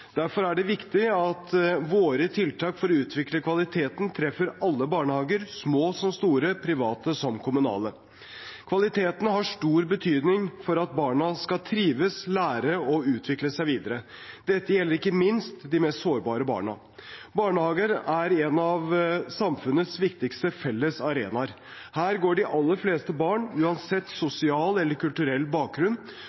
Derfor er det viktig at våre tiltak for å utvikle kvaliteten treffer alle barnehager, små som store, private som kommunale. Kvaliteten har stor betydning for at barna skal trives, lære og utvikle seg videre. Dette gjelder ikke minst de mest sårbare barna. Barnehagen er en av samfunnets viktigste felles arenaer. Her går de aller fleste barn, uansett